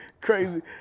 crazy